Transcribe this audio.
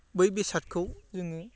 बै बेसादखौ जोङो